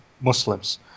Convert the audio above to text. Muslims